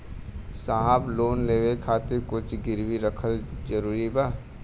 साहब लोन लेवे खातिर कुछ गिरवी रखल जरूरी बा?